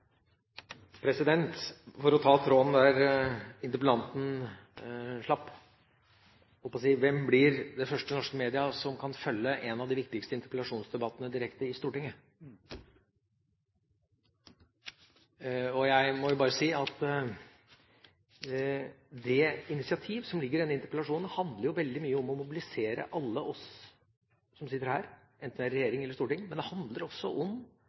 tilsvarende? For å ta opp tråden der interpellanten slapp: Hvilket medium blir det første norske som kan følge opp direkte en av de viktigste interpellasjonsdebattene i Stortinget? Det initiativ som ligger i denne interpellasjonen, handler veldig mye om å mobilisere alle oss som sitter her, enten vi er fra regjering eller storting. Men det handler også om